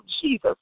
Jesus